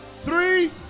three